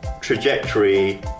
trajectory